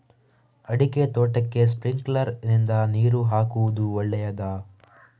ಅಡಿಕೆ ತೋಟಕ್ಕೆ ಸ್ಪ್ರಿಂಕ್ಲರ್ ನಿಂದ ನೀರು ಹಾಕುವುದು ಒಳ್ಳೆಯದ?